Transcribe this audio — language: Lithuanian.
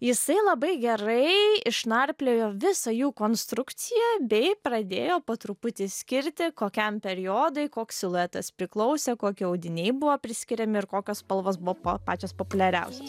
jisai labai gerai išnarpliojo visą jų konstrukciją bei pradėjo po truputį skirti kokiam periodui koks siluetas priklausė kokie audiniai buvo priskiriami ir kokios spalvos buvo po pačios populiariausios